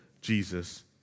Jesus